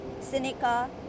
seneca